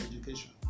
education